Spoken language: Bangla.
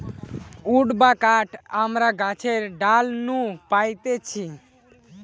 উড বা কাঠ আমরা গাছের ডাল নু পাইতেছি